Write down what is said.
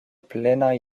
plenaj